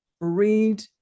read